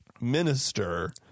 minister